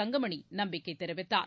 தங்கமணி நம்பிக்கை தெரிவித்தார்